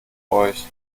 euch